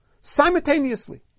simultaneously